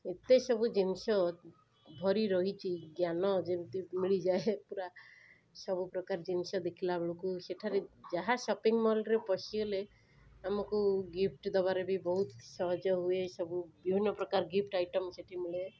ଏତେ ସବୁଜିନିଷ ଭରି ରହିଛି ଜ୍ଞାନ ଯେମିତି ମିଳିଯାଏ ପୁରା ସବୁପ୍ରକାର ଜିନିଷ ଦେଖିଲା ବେଳକୁ ସେଠାରେ ଯାହା ସପିଙ୍ଗ ମଲରେ ପଶିଗଲେ ଆମକୁ ଗିଫ୍ଟ ଦବାରେ ବି ବହୁତ ସହଜ ହୁଏ ସବୁ ବିଭିନ୍ନ ପ୍ରକାର ଗିଫ୍ଟ ଆଇଟମ୍ ସେଇଠି ମିଳେ